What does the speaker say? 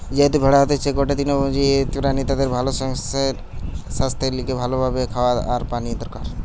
যেহেতু ভেড়া হতিছে গটে তৃণভোজী প্রাণী তাদের ভালো সাস্থের লিগে ভালো ভাবে খাওয়া আর পানি দরকার